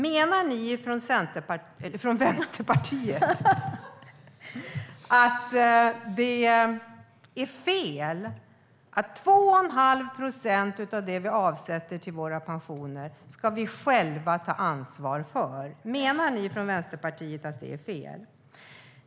Menar ni från Vänsterpartiet att det är fel att vi själva ska ta ansvar för 2,5 procent av det vi avsätter till våra pensioner?